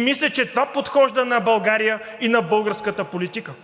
Мисля, че това подхожда на България и на българската политика,